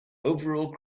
overall